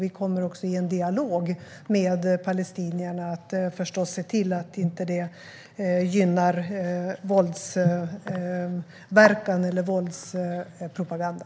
Vi kommer också i en dialog med palestinierna att se till att pengarna inte gynnar våldsverkande eller våldspropaganda.